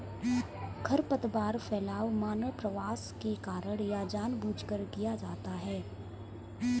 खरपतवार फैलाव मानव प्रवास के कारण या जानबूझकर किया जाता हैं